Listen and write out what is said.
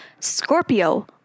Scorpio